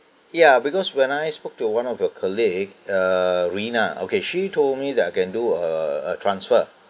yeah because when I spoke to one of your colleague uh rina okay she told me that I can do err a transfer